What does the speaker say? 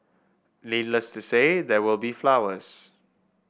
needless to say there will be flowers